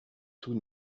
tous